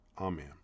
Amen